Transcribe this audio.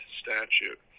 statute